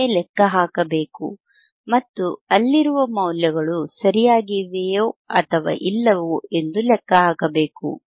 ನೀವೇ ಲೆಕ್ಕ ಹಾಕಬೇಕು ಮತ್ತು ಅಲ್ಲಿರುವ ಮೌಲ್ಯಗಳು ಸರಿಯಾಗಿವೆಯೋ ಇಲ್ಲವೋ ಎಂದು ಲೆಕ್ಕ ಹಾಕಬೇಕು